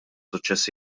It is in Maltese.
suċċess